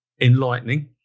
enlightening